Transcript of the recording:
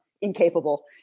incapable